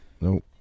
nope